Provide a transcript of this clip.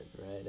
right